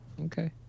okay